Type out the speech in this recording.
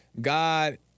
God